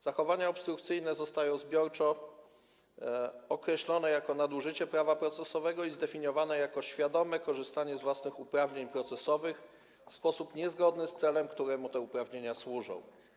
Zachowania obstrukcyjne zostają zbiorczo określone jako nadużycie prawa procesowego i zdefiniowane jako świadome korzystanie z własnych uprawnień procesowych w sposób niezgodny z celem, któremu te uprawnienia służą.